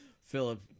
Philip